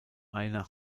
einer